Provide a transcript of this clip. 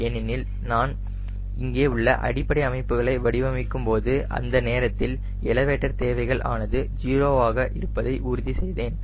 ஏனெனில் நான் இங்கே உள்ள அடிப்படை அமைப்புகளை வடிவமைக்கும்போது அந்த நேரத்தில் எலவேட்டர் தேவைகள் ஆனது 0 ஆக இருப்பதை உறுதி செய்தேன்